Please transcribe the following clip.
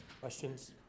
questions